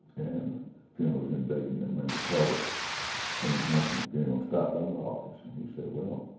and the funeral was in dayton. i remember tarver coming home from the funeral, stopped by my office and he said, well,